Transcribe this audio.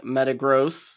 Metagross